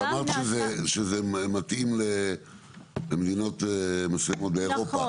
אמרת שזה מתאים למדינות מסוימת באירופה,